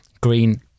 Green